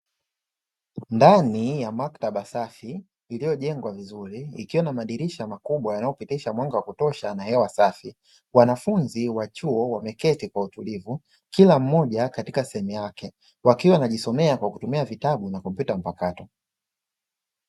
Ndani ya maktaba safi iliyo jengwa vizuri, ikiwa na madirisha makubwa yanaopitisha mwanga wa kutosha na hewa safi. Wanafunzi wa chuo wameketi kwa utulivu; kila mmoja katika sehemu yake, wakiwa wanajisomea kwa kutumia vitabu na kompyuta mpakato.